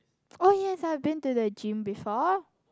oh yes I have been to the gym before